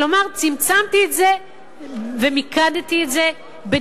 כלומר צמצמתי את זה ומיקדתי את זה בדירות